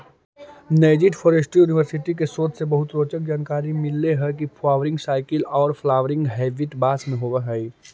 Nanjing forestry university के शोध से बहुत रोचक जानकारी मिल हई के फ्वावरिंग साइकिल औउर फ्लावरिंग हेबिट बास में होव हई